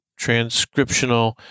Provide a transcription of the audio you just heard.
Transcriptional